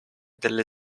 delle